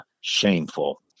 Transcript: shameful